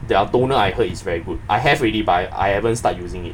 their toner I heard is very good I have already but I I haven start using it